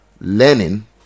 learning